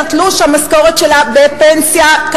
תלוש המשכורת שלה בפנסיה,